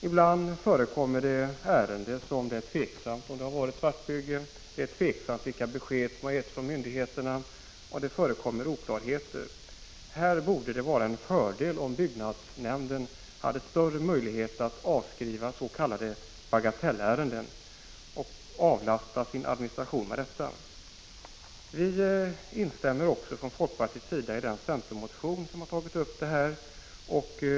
Ibland förekommer det ärenden där det är tveksamt om svartbyggen föreligger, det är tveksamt vilka besked som getts från myndigheterna, och det förekommer oklarheter. Här borde det vara en fördel om byggnadsnämnden hade större möjlighet att avskriva s.k. bagatellärenden och på det sättet avlasta administrationen. Vi instämmer från folkpartiet i den centermotion som har tagit upp frågan.